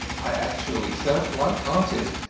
i actually felt light-hearted.